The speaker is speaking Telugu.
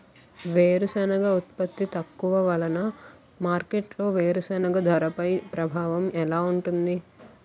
వేరుసెనగ ఉత్పత్తి తక్కువ వలన మార్కెట్లో వేరుసెనగ ధరపై ప్రభావం ఎలా ఉంటుంది?